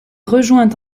rejoint